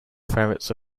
ferrets